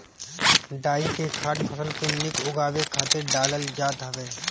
डाई के खाद फसल के निक उगावे खातिर डालल जात हवे